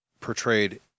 portrayed